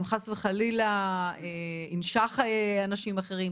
אם חס וחלילה ינשוך אנשים אחרים,